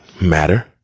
matter